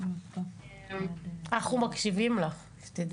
יש כאן